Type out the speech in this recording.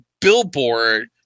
Billboard